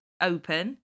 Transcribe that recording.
open